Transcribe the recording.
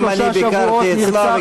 גם אני ביקרתי אצלה,